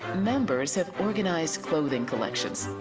members have organized clothing collections,